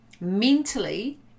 mentally